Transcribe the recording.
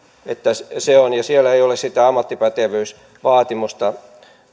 että siellä ei ole sitä ammattipätevyysvaatimusta